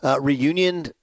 reunion